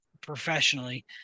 professionally